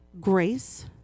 grace